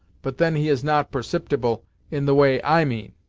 but then he is not perceptible in the way i mean.